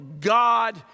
God